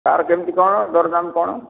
ତାର କେମିତି କ'ଣ ଦରଦାମ କ'ଣ